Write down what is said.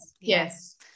Yes